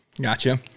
Gotcha